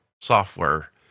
software